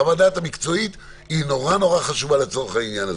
חוות הדעת המקצועית היא מאוד-מאוד חשובה לצורך העניין הזה.